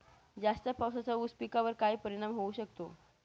जास्त पावसाचा ऊस पिकावर काय परिणाम होऊ शकतो?